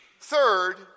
Third